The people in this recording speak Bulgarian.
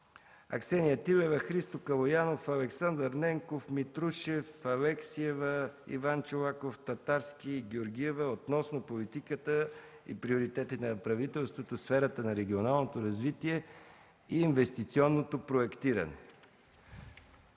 Аксения Тилева, Христо Калоянов, Александър Ненков, Владимир Митрушев, Евгения Алексиева, Иван Чолаков, Любен Татарски и Теодора Георгиева относно политиката и приоритетите на правителството в сферата на регионалното развитие и инвестиционното проектиране.